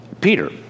Peter